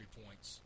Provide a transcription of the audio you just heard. points